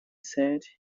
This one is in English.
sat